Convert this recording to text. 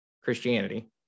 Christianity